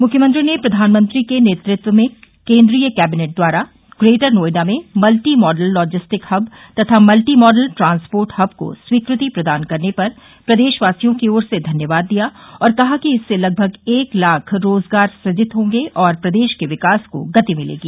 म्ख्यमंत्री ने प्रधानमंत्री के नेतृत्व में केन्द्रीय कैबिनेट द्वारा ग्रेटर नोएडा में मल्टी मॉडल लाजिस्टिक हब तथा मल्टी मॉडल ट्रांसपोर्ट हब को स्वीकृति प्रदान करने पर प्रदेशवासियों की ओर से धन्यवाद दिया और कहा कि इससे लगभग एक लाख रोजगार सुजित होंगे और प्रदेश के विकास को गति मिलेगी